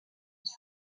was